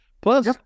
Plus